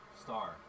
Star